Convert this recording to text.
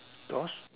those